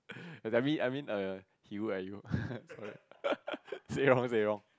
I mean I mean err he look at you say wrong say wrong